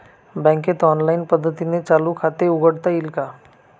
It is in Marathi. बँकेत ऑनलाईन पद्धतीने चालू खाते उघडता येईल का?